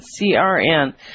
CRN